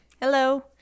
Hello